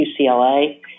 UCLA